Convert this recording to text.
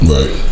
Right